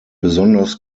besonders